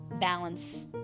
balance